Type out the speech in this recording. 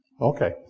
Okay